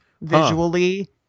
visually